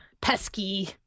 pesky